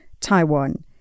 Taiwan